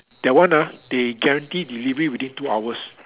that one ah they guarantee delivery within two hours